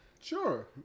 sure